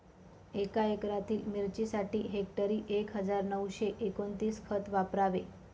एका एकरातील मिरचीसाठी हेक्टरी एक हजार नऊशे एकोणवीस खत वापरावे